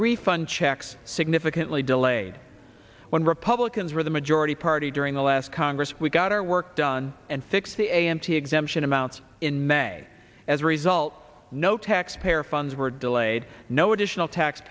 refund checks significantly delayed when republicans were the majority party during the last congress we got our work done and fixed the a m t exemption amounts in may as a result no taxpayer funds were delayed no additional tax